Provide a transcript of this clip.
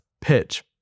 pitch